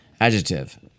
Adjective